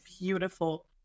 Beautiful